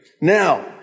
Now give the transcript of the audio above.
Now